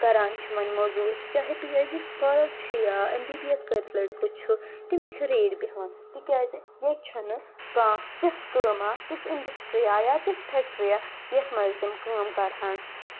کران چھِ وۄنۍ موزوٗرۍ چاہے پی ایچ ڈی سکالر چھِ یا ایم بی بی ایس کٔرِتھ لٔڑکہٕ چھُ تِم چھِ ریڈِ بیٚہوان تِکیٚازِ ییٚتہِ چھُ نہٕ کانٛہہ تِژھ کٲما تِژھ اِنٛڈسٹری تِژھ فیٚکٹری یَتھ منٛز تِم کٲم کرہَن